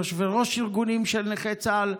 של יושבי-ראש ארגונים של נכי צה"ל.